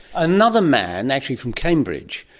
another man, actually from cambridge,